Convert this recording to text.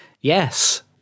yes